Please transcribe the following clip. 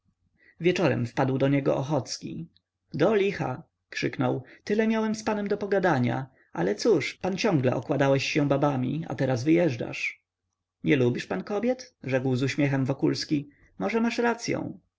wieczorem wpadł do niego ochocki do licha krzyknął tyle miałem z panem do pogadania ale cóż pan ciągle okładałeś się babami a teraz wyjeżdżasz nie lubisz pan kobiet rzekł z uśmiechem wokulski może masz racyą